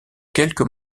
quelques